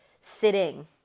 sitting